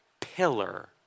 pillar